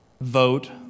vote